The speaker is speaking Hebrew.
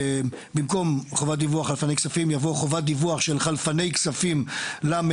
במקום "חובת דיווח של חלפני כספים" יבוא